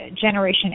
Generation